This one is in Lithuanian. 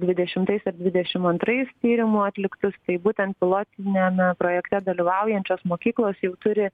dvidešimtais ir dvidešim antrais tyrimų atliktus tai būtent pilotiniame projekte dalyvaujančios mokyklos jau turi